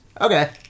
Okay